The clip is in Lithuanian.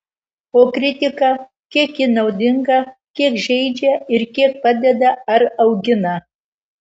o kritika kiek ji naudinga kiek žeidžia ir kiek padeda ar augina